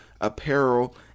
apparel